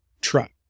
truck